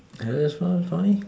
anyone else find it funny